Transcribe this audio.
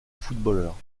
footballeurs